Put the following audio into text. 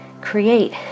create